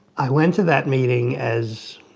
i went to that meeting as